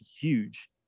huge